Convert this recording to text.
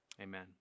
amen